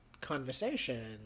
conversation